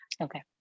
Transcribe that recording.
okay